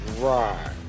Right